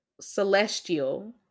celestial